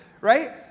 Right